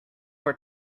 were